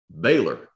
Baylor